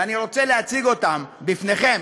ואני רוצה להציג אותה בפניכם,